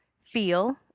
feel